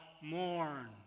mourn